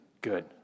Good